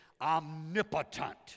omnipotent